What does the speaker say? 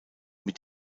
mit